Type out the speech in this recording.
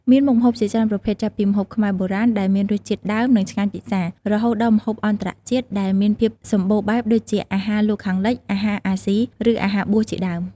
មាន មុខម្ហូបជាច្រើនប្រភេទ ចាប់ពី ម្ហូបខ្មែរបុរាណ ដែលមានរសជាតិដើម និងឆ្ងាញ់ពិសា រហូតដល់ ម្ហូបអន្តរជាតិ ដែលមានភាពសម្បូរបែបដូចជា អាហារលោកខាងលិច អាហារអាស៊ី ឬអាហារបួសជាដើម។